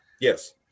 Yes